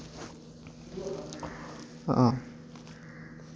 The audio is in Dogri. हां